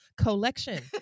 collection